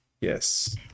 Yes